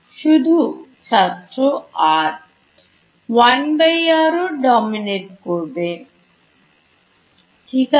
শুধু ছাত্রr 1r ও ডমিনেট করবে ঠিক আছে